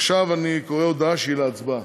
עכשיו אני קורא הודעה שהיא להצבעה,